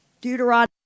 Deuteronomy